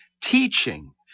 teaching